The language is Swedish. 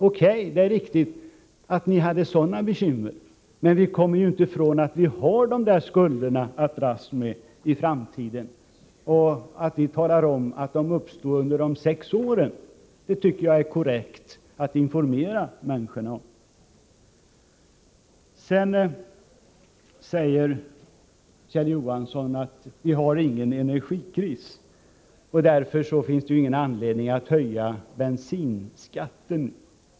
O.K., det är riktigt att ni hade sådana bekymmer, men vi kommer inte ifrån att vi nu har dessa skulder att dras med i framtiden. Att vi talar om att de uppstod under de sex borgerliga åren tycker jag är korrekt. Vi måste informera människorna. Kjell Johansson säger att vi inte har någon energikris och att det därför inte finns någon anledning att höja bensinskatten.